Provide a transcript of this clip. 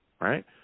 right